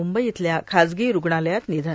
म्ंबई इथल्या खाजगी रूग्णालयात निधन